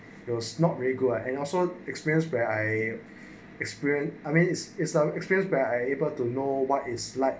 there was not really good ah and also experienced by I experience I mean is is long experience by able to know what is like